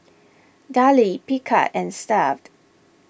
Darlie Picard and Stuff'd